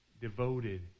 devoted